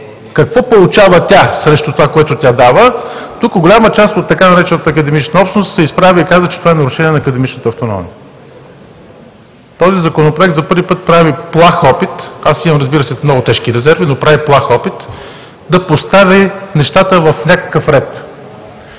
какво получава тя срещу това, което дава –голяма част от така наречената академична общност се изправя и казва, че това е нарушение на академичната автономност. Този законопроект за първи път прави плах опит, аз имам, разбира се, много тежки резерви, но прави плах опит да постави нещата в някакъв ред,